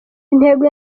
intego